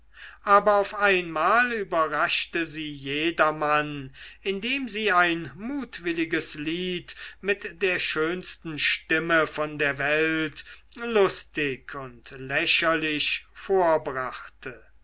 aber auf einmal überraschte sie jedermann indem sie ein mutwilliges lied mit der schönsten stimme von der welt lustig und lächerlich vorbrachte